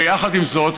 ויחד עם זאת,